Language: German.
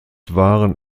waren